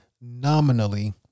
nominally